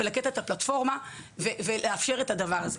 לתת את הפלטפורמה ולאפשר את הדבר הזה.